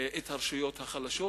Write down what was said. את הרשויות החלשות,